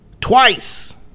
Twice